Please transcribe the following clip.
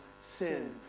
sin